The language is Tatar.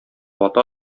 ата